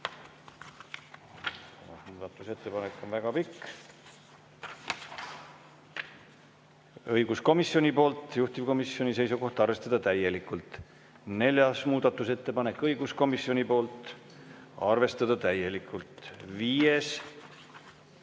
muudatusettepanek on väga pikk –, õiguskomisjonilt, juhtivkomisjoni seisukoht: arvestada täielikult. Neljas muudatusettepanek, õiguskomisjonilt, arvestada täielikult. Viies